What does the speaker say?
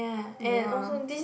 ya